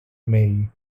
mary